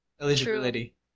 eligibility